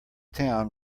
town